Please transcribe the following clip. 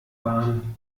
bahn